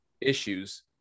issues